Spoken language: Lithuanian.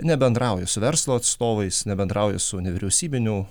nebendrauja su verslo atstovais nebendrauja su nevyriausybinių